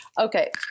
Okay